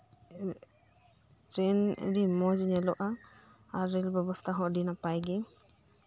train ᱟᱹᱰᱤ ᱢᱚᱸᱡᱽ ᱧᱮᱞᱚᱜᱼᱟ ᱟᱨ ᱨᱮᱹᱞ ᱵᱮᱵᱚᱥᱛᱷᱟ ᱦᱚᱸ ᱱᱟᱯᱟᱭ ᱜᱮ